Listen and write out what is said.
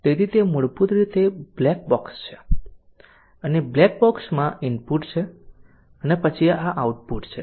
તેથી તે મૂળભૂત રીતે બ્લેક બોક્સ છે અને બ્લેક બોક્સમાં ઇનપુટ છે અને પછી આ આઉટપુટ છે